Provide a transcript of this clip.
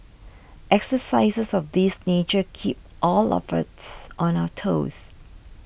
exercises of this nature keep all of us on our toes